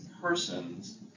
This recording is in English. persons